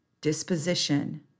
disposition